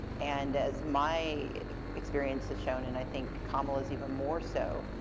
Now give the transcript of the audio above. and as my experience has shown, and i think kamala's even more so,